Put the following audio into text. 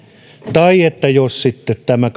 tai jos sitten tämä